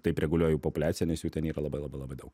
taip reguliuoja jų populiaciją nes jų ten yra labai labai labai daug